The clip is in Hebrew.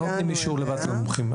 אנחנו נותנים אישור לוועדת המומחים.